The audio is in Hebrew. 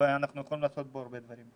ואנחנו יכולים לעשות בו הרבה דברים.